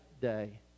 day